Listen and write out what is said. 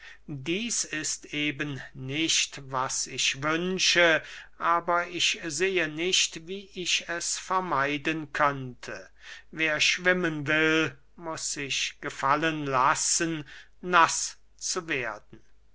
dieß ist eben nicht was ich wünsche aber ich sehe nicht wie ich es vermeiden könnte wer schwimmen will muß sich gefallen lassen naß zu werden